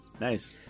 nice